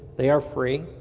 they are free.